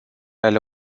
ale